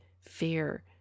fear